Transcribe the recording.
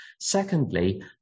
Secondly